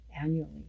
annually